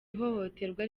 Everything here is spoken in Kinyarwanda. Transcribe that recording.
ihohoterwa